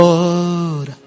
Lord